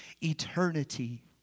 eternity